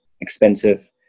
expensive